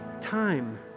time